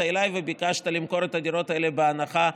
אליי וביקשת למכור את הדירות האלה בהנחה.